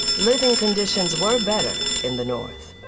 living conditions were better in the noise.